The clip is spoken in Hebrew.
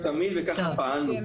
וככה פעלנו.